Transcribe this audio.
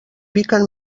piquen